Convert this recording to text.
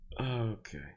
Okay